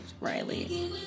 Riley